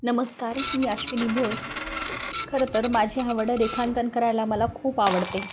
नमस्कार मी आश्विनी भोज खरं तर माझे आवड रेखांकन करायला मला खूप आवडते